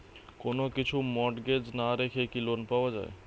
কোন কিছু মর্টগেজ না রেখে কি লোন পাওয়া য়ায়?